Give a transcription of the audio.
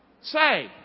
Say